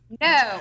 No